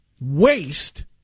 waste